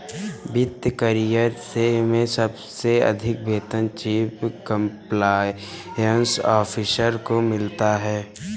वित्त करियर में सबसे अधिक वेतन चीफ कंप्लायंस ऑफिसर को मिलता है